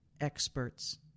experts